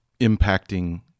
impacting